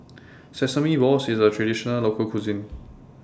Sesame Balls IS A Traditional Local Cuisine